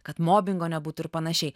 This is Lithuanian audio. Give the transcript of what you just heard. kad mobingo nebūtų ir panašiai